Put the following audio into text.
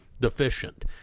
deficient